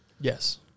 Yes